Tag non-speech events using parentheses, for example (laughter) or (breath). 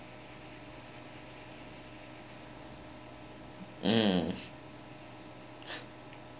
mm (breath)